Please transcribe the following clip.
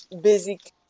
basic